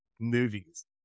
movies